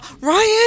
Ryan